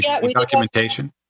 documentation